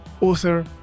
author